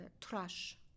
trash